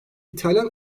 i̇talyan